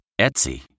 Etsy